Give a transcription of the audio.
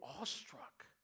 awestruck